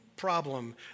problem